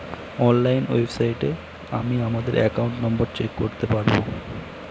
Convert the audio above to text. online ওয়েবসাইটে আমি আমাদের একাউন্ট নম্বর চেক করতে পারবো